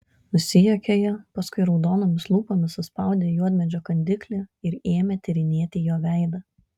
nusijuokė ji paskui raudonomis lūpomis suspaudė juodmedžio kandiklį ir ėmė tyrinėti jo veidą